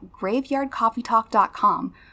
graveyardcoffeetalk.com